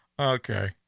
Okay